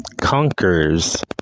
conquers